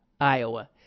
Iowa